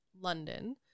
London